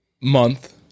month